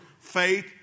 Faith